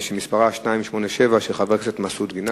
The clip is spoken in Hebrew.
הייתי שואל על בתי-חולים.